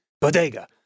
Bodega